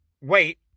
wait